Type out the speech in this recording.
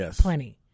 plenty